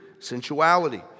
sensuality